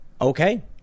Okay